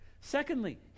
Secondly